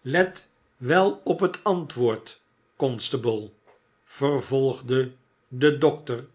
let wel op het antwoord constable vervolgde de dokter